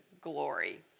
glory